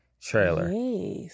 trailer